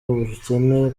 ubukene